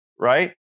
right